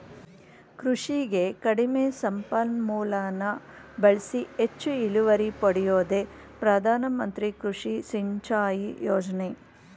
ಕೃಷಿಗೆ ಕಡಿಮೆ ಸಂಪನ್ಮೂಲನ ಬಳ್ಸಿ ಹೆಚ್ಚು ಇಳುವರಿ ಪಡ್ಯೋದೇ ಪ್ರಧಾನಮಂತ್ರಿ ಕೃಷಿ ಸಿಂಚಾಯಿ ಯೋಜ್ನೆ